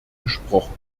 gesprochen